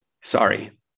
Sorry